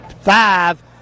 five